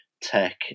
tech